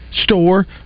store